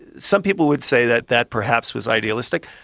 some people would say that that perhaps was idealistic.